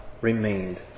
remained